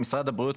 במשרד הבריאות,